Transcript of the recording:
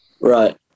right